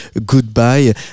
Goodbye